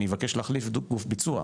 אני אבקש להחליף גוף ביצוע,